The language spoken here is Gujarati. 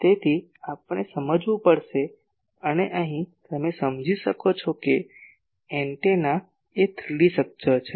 તેથી આપણે સમજવું પડશે અને અહીં તમે સમજી શકો છો કે એન્ટેના એ 3D સ્ટ્રક્ચર છે